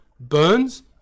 Burns